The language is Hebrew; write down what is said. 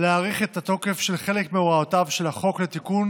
להאריך את התוקף של חלק מהוראותיו של החוק לתיקון